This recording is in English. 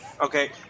Okay